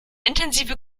intensive